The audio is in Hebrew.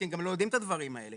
כי הם גם לא יודעים את הדברים האלה.